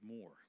more